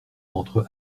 entre